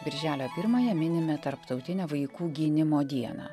birželio pirmąją minime tarptautinę vaikų gynimo dieną